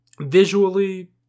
Visually